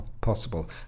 possible